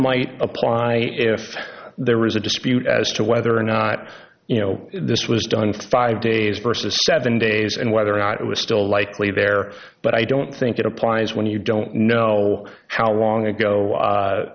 might apply if there is a dispute as to whether or not you know this was done five days versus seven days and whether or not it was still likely there but i don't think it applies when you don't know how long ago